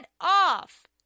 off